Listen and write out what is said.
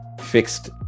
fixed